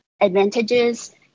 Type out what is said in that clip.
advantages